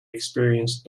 experienced